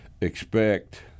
expect